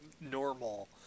normal